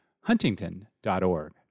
huntington.org